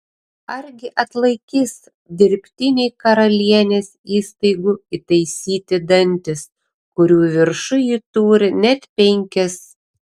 argi atlaikys dirbtiniai karalienės įstaigų įtaisyti dantys kurių viršuj ji turi net penkis